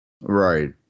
Right